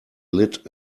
lit